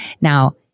Now